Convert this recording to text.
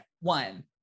One